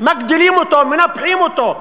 מגדילים אותו, מנפחים אותו.